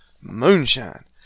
moonshine